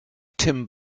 tim